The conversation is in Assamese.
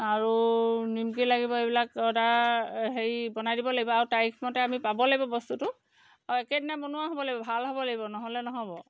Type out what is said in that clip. আৰু নিমকি লাগিব এইবিলাক অৰ্ডাৰ হেৰি বনাই দিব লাগিব আৰু তাৰিখমতে আমি পাব লাগিব বস্তুটো আৰু একেদিনাই বনোৱা হ'ব লাগিব ভাল হ'ব লাগিব নহ'লে নহ'ব